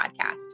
podcast